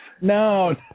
No